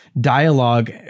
dialogue